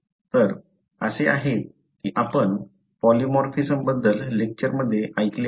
तर असे आहेत की आपण पॉलीमॉर्फिझम बद्दल लेक्चर मध्ये ऐकले आहे